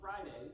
Friday